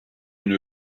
une